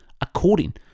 according